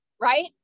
Right